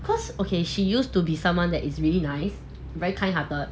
cause okay she used to be someone that is really nice very kind hearted